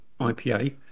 IPA